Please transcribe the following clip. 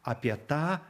apie tą